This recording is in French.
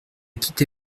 quitté